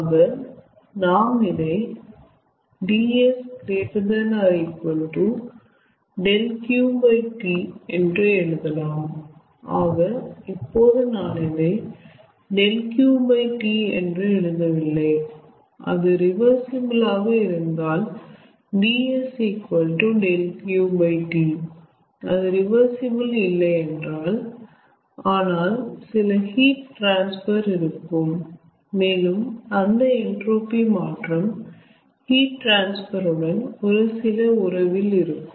ஆக நாம் இதை 𝑑𝑆 ≥ 𝛿𝑄T என்று எழுதலாம் ஆக இப்போது நான் இதை 𝛿𝑄T என்று எழுதவில்லை அது ரிவர்சிபிள் ஆக இருந்தால் 𝑑𝑆 𝛿𝑄T அது ரிவர்சிபிள் இல்லையென்றால் ஆனால் சில ஹீட் ட்ரான்ஸபர் இருக்கும் மேலும் அந்த என்ட்ரோபி மாற்றம் ஹீட் ட்ரான்ஸபர் உடன் ஒரு சில உறவில் இருக்கும்